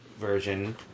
version